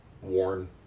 worn